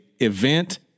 event